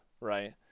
Right